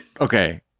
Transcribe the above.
Okay